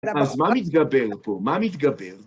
אז מה מתגבר פה? מה מתגבר?